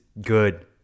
good